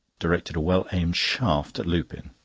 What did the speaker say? directed a well-aimed shaft at lupin.